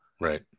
Right